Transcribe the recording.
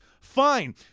Fine